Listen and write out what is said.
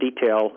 detail